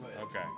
Okay